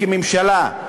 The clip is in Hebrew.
כממשלה.